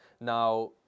Now